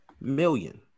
million